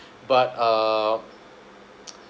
but uh